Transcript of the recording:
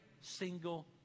single